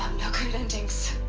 no good at endings.